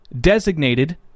designated